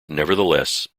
nevertheless